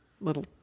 little